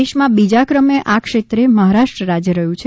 દેશમાં બીજા ક્રમે આ ક્ષેત્રે મહારાષ્ટ્ર રાજ્ય રહ્યું છે